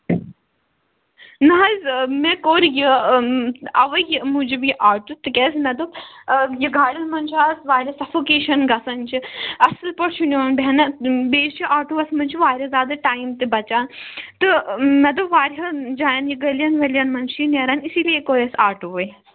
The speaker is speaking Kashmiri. نہ حظ آ مےٚ کوٚر یہِ اَوے کہِ موٗجوٗب یہِ آٹوٗ تِکیٛازِ مےٚ دوٚپ یہِ گاڑیٚن منٛز چھِ اَز واریاہ سَفوکیٚشن گَژھان چھِ اصٕل پٲٹھۍ چھُنہٕ یِوان بیٚہنہٕ بیٚیہِ چھُ آٹوٗوَس منٛز چھِ واریاہ زیادٕ ٹایِم تہِ بَچان تہٕ مےٚ دوٚپ واریاہَن جایَن یہِ گٔلِی یَن ؤلی یَن منٛز چھُ یہِ نیرن اِسی لیے کوٚر اسہِ آٹوٗوٕے